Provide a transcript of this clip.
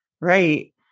Right